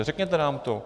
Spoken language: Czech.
Řekněte nám to.